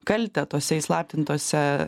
kaltę tose įslaptintose